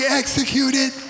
executed